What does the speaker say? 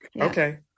Okay